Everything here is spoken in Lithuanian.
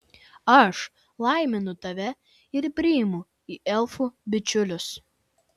aš laiminu tave ir priimu į elfų bičiulius